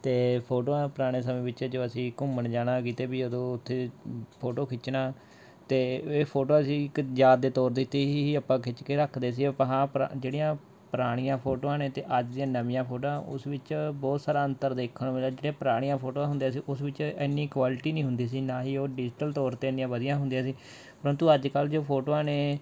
ਅਤੇ ਫੋਟੋਆਂ ਪੁਰਾਣੇ ਸਮੇਂ ਵਿੱਚ ਜੋ ਅਸੀਂ ਘੁੰਮਣ ਜਾਣਾ ਕਿਤੇ ਵੀ ਉਦੋਂ ਉੱਥੇ ਫੋਟੋ ਖਿੱਚਣਾ ਅਤੇ ਇਹ ਫੋਟੋਆਂ ਅਸੀਂ ਇੱਕ ਯਾਦ ਦੇ ਤੌਰ 'ਤੇ ਹੀ ਆਪਾਂ ਖਿੱਚ ਕੇ ਰੱਖਦੇ ਸੀ ਆਪਾਂ ਹਾਂ ਪਰਾ ਜਿਹੜੀਆਂ ਪੁਰਾਣੀਆਂ ਫੋਟੋਆਂ ਨੇ ਅਤੇ ਅੱਜ ਦੀਆਂ ਨਵੀਆਂ ਫੋਟੋਆਂ ਉਸ ਵਿੱਚ ਬਹੁਤ ਸਾਰਾ ਅੰਤਰ ਦੇਖਣ ਨੂੰ ਮਿਲਿਆ ਜਿਹੜੀਆਂ ਪੁਰਾਣੀਆਂ ਫੋਟੋਆਂ ਹੁੰਦੀਆਂ ਸੀ ਉਸ ਵਿੱਚ ਇੰਨੀ ਕੁਆਲਿਟੀ ਨਹੀਂ ਹੁੰਦੀ ਸੀ ਨਾ ਹੀ ਉਹ ਡਿਜੀਟਲ ਤੌਰ 'ਤੇ ਇੰਨੀਆਂ ਵਧੀਆਂ ਹੁੰਦੀਆਂ ਸੀ ਪਰੰਤੂ ਅੱਜ ਕੱਲ੍ਹ ਜੋ ਫੋਟੋਆਂ ਨੇ